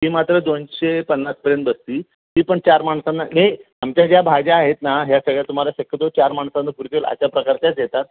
ती मात्र दोनशे पन्नासपर्यंत बसते ती पण चार माणसांना नाही आमच्या ज्या भाज्या आहेत ना ह्या सगळ्या तुम्हाला शक्यतो चार माणसांना पुरतील अशा प्रकारच्याच येतात